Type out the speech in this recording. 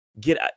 Get